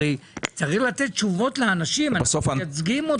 הרי צריך לתת תשובות לאנשים, אנחנו מייצגים אותם.